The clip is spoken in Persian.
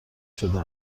شده